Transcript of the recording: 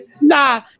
Nah